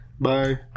Bye